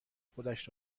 خودش